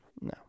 No